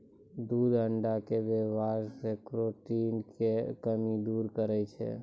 दूध अण्डा के वेवहार से केरोटिन के कमी दूर करै छै